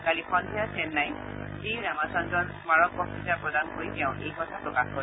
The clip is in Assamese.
কালি সদ্ধিয়া চেন্নাইত জি ৰামাচদ্ৰন স্মাৰক বক্তৃতা প্ৰদান কৰি তেওঁ এই কথা প্ৰকাশ কৰে